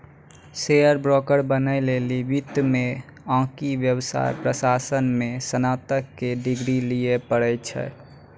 share broker बनै लेली वित्त मे आकि व्यवसाय प्रशासन मे स्नातक के डिग्री लिये पड़ै छै